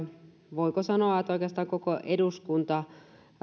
voiko sanoa oikeastaan koko